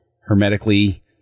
hermetically